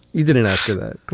you didn't ask that.